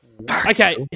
Okay